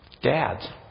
Dads